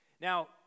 now